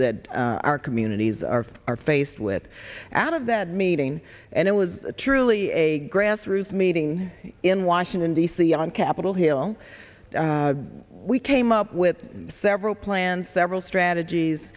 that our communities are are faced with out of that meeting and it was truly a grassroots meeting in washington d c on capitol hill we came up with several planned several strategies